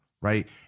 right